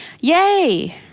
Yay